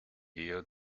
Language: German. eher